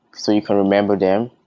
so you can remember them,